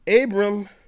Abram